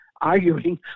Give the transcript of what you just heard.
arguing